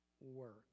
work